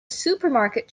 supermarket